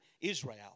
Israel